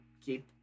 keep